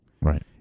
Right